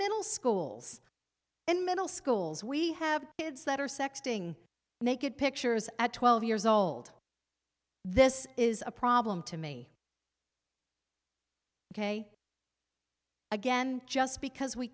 middle schools and middle schools we have kids that are sexting naked pictures at twelve years old this is a problem to me ok again just because we